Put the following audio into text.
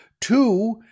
Two